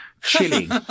chilling